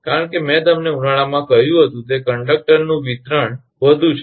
કારણ કે મેં તમને ઉનાળામાં કહ્યું હતું કે તે કંડક્ટરનું વિસ્તરણ વધુ હશે